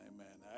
Amen